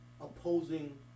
opposing